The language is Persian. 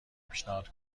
پیشنهاد